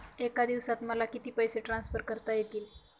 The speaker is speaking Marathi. एका दिवसात मला किती पैसे ट्रान्सफर करता येतील?